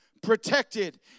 Protected